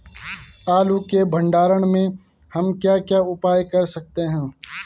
आलू के भंडारण में हम क्या क्या उपाय कर सकते हैं?